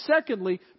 secondly